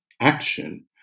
action